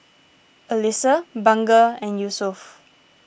Alyssa Bunga and Yusuf